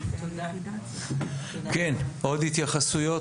עוד התייחסויות.